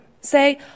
Say